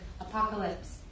apocalypse